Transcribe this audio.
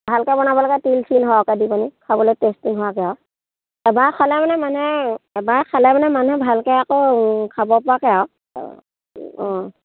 ভালকৈ বনাব লাগে তিল চিল সৰকে দি পিনি খাবলে টেষ্টিং হোৱাকৈ আৰু এবাৰ খালে মানে মানে এবাৰ খালে মানে মানুহে ভালকে আকৌ খাব পৰাকে আৰু অঁ